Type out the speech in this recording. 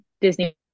Disney